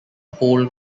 hole